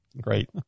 Great